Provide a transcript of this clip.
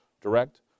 direct